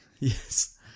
Yes